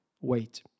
wait